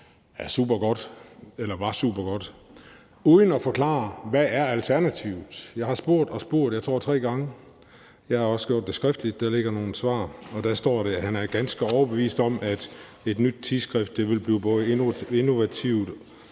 er supergodt, eller var supergodt, uden at forklare, hvad alternativet er? Jeg har spurgt og spurgt, tre gange, tror jeg, og jeg har også gjort det skriftligt, og der ligger nogle svar, og der står, at man er ganske overbevist om, at et nyt tidsskrift både vil blive innovativt